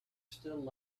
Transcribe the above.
still